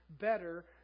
Better